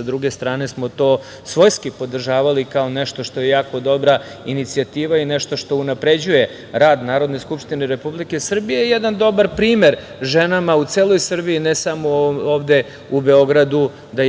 sa druge strane smo to svojski podržavali, kao nešto što je jako dobra inicijativa i nešto što unapređuje rad Narodne skupštine Republike Srbije i jedan dobar primer ženama u celoj Srbiji, ne samo ovde u Beogradu, da